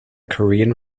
korean